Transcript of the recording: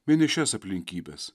mini šias aplinkybes